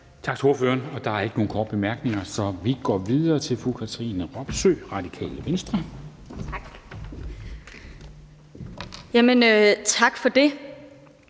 Tak til ordføreren. Der er ikke nogen korte bemærkninger, så vi går videre til fru Katrine Robsøe, Radikale Venstre. Kl. 13:50 (Ordfører)